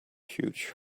huge